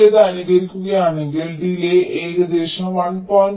നിങ്ങൾ ഇത് അനുകരിക്കുകയാണെങ്കിൽ ഡിലേയ് ഏകദേശം 1